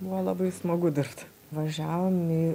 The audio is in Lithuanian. buvo labai smagu dirbt važiavom į